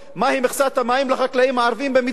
מהי מכסת המים לחקלאים הערבים במדינה,